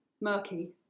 murky